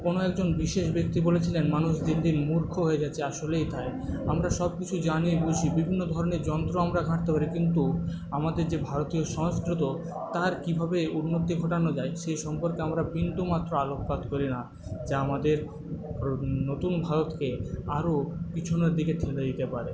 কোনো একজন বিশেষ ব্যক্তি বলেছিলেন মানুষ দিন দিন মূর্খ হয়ে যাচ্ছে আসলেই তাই আমরা সবকিছু জানি বুঝি বিভিন্ন ধরণের যন্ত্র আমরা ঘাটতে পারি কিন্তু আমাদের যে ভারতীয় সংস্কৃত তার কীভাবে উন্নতি ঘটানো যায় সেই সম্পর্কে আমরা বিন্দুমাত্র আলোকপাত করি না যা আমাদের নতুন ভারতকে আরও পিছনের দিকে ঠেলে দিতে পারে